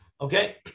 Okay